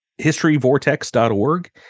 historyvortex.org